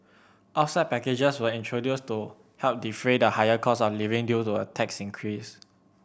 offset packages were introduced to help defray the higher costs of living due to a tax increase